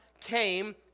came